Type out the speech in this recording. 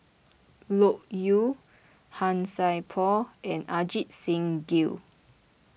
Loke Yew Han Sai Por and Ajit Singh Gill